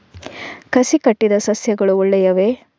ಕಸಿ ಕಟ್ಟಿದ ಸಸ್ಯಗಳು ಒಳ್ಳೆಯವೇ?